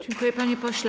Dziękuję, panie pośle.